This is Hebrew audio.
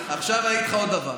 עכשיו אני אגיד לך עוד דבר,